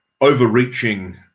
overreaching